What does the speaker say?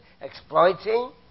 exploiting